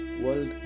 world